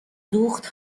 دوخت